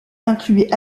incluaient